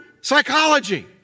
psychology